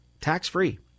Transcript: tax-free